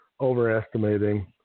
overestimating